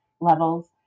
levels